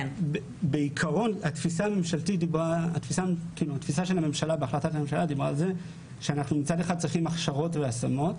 בעיקרון התפיסה הממשלתית הייתה שמצד אחד אנחנו צריכים הכשרות והשמות